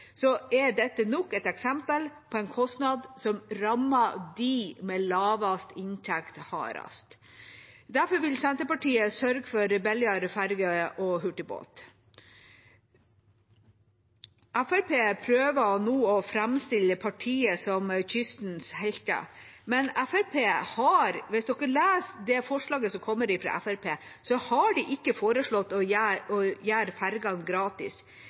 er dette nok et eksempel på en kostnad som rammer dem med lavest inntekt hardest. Derfor vil Senterpartiet sørge for billigere ferger og hurtigbåter. Fremskrittspartiet prøver nå å framstille partiet som kystens helter, men hvis en leser det forslaget som kommer fra Fremskrittspartiet, har de ikke foreslått å gjøre fergene gratis.